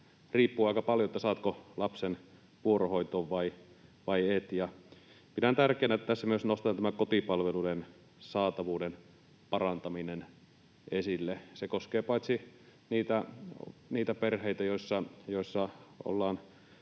riippuu aika paljon, saatko lapsen vuorohoitoon vai et. Pidän tärkeänä, että tässä myös nostetaan tämä kotipalveluiden saatavuuden parantaminen esille. Se koskee paitsi niitä perheitä, joissa ollaan